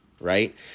right